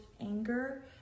anger